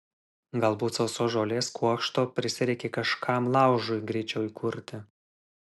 galbūt sausos žolės kuokšto prisireikė kažkam laužui greičiau įkurti